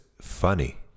funny